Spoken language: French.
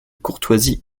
courtoisie